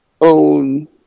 own